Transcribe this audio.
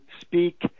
speak